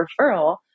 referral